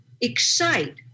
excite